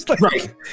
Right